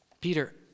Peter